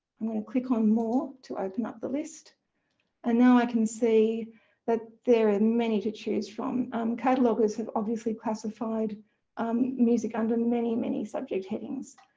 i'm going to click on more to open up the list and now i can see that there are many to choose from. um cataloguers have obviously classified um music under many many subject headings.